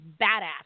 badass